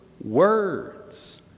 Words